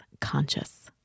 conscious